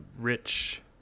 Rich